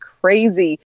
crazy